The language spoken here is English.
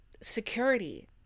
security